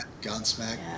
Godsmack